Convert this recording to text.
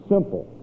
Simple